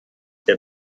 der